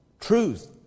truth